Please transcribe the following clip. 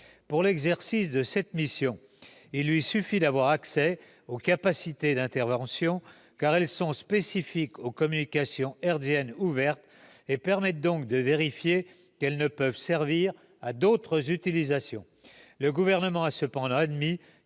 Pour l'exercice de cette mission, il lui suffit d'avoir accès aux capacités d'interception, car elles sont spécifiques aux communications hertziennes ouvertes et permettent donc de vérifier qu'elles ne peuvent servir à d'autres utilisations. Le Gouvernement a cependant admis